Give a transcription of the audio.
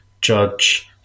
judge